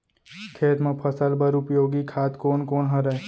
खेत म फसल बर उपयोगी खाद कोन कोन हरय?